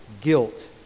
guilt